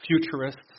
futurists